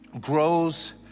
grows